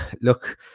look –